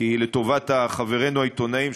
לטובת חברינו העיתונאים,